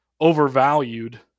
overvalued